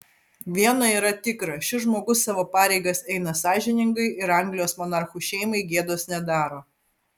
viena yra tikra šis žmogus savo pareigas eina sąžiningai ir anglijos monarchų šeimai gėdos nedaro